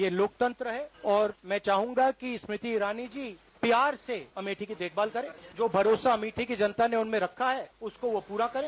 यह लोकतंत्र है और मैं चाहूंगा कि स्मृति ईरानी जी प्यार से अमेठी की देखभाल करे जो भरोसा अमेठी की जनता ने उनमें रखा है उसको वह पूरा करे